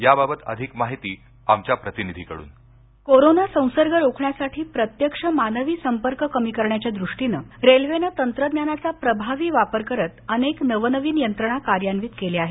याबाबत अधिक माहिती आमच्या प्रतिनिधीकडून स्क्रिप्ट कोरोना संसर्ग रोखण्यासाठी प्रत्यक्ष मानवी संपर्क कमी करण्याच्या द्रष्टीनं रेल्वेनं तंत्रज्ञानाचा प्रभावी वापर करत अनेक नवनवीन यंत्रणा कार्यान्वित केल्या आहेत